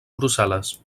brussel·les